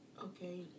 okay